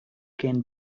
again